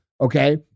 okay